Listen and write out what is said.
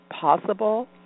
possible